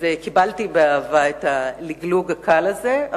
אז קיבלתי באהבה את הלגלוג הקל הזה,